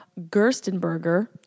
Gerstenberger